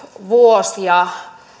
vuosia